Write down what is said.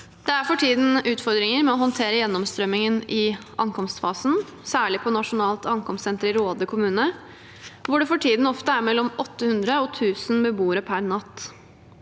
Det er for tiden utfordringer med å håndtere gjennomstrømmingen i ankomstfasen, særlig på Nasjonalt ankomstsenter i Råde kommune, hvor det for tiden ofte er mellom 800 og 1 000 beboere per natt.